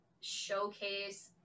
showcase